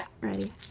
Ready